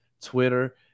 Twitter